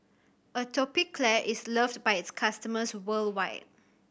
atopiclair is loved by its customers worldwide